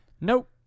Nope